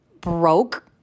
broke